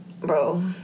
bro